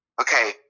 Okay